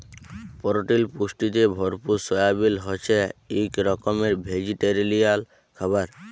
পরটিল পুষ্টিতে ভরপুর সয়াবিল হছে ইক রকমের ভেজিটেরিয়াল খাবার